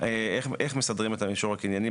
איך מסדרים את המישור הקנייני.